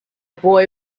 boy